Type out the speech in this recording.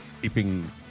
Keeping